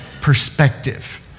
perspective